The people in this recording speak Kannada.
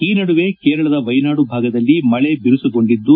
ಈ ನಡುವೆ ಕೇರಳದ ವೈನಾಡು ಭಾಗದಲ್ಲೂ ಮಳೆ ಬರುಸುಗೊಂಡಿದ್ದು